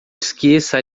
esqueça